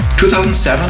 2007